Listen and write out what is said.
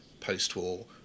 post-war